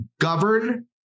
govern